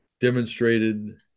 demonstrated